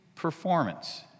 performance